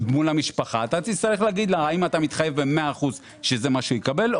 אתה תצטרך להגיד לו האם אתה מתחייב ב-100% שזה מה שהוא יקבל,